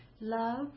Love